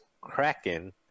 Kraken